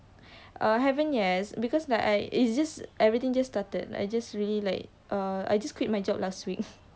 uh haven't yet because like I it's just everything just started I just really like err I just quit my job last week